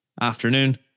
afternoon